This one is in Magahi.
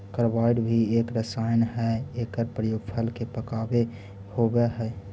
कार्बाइड भी एक रसायन हई एकर प्रयोग फल के पकावे होवऽ हई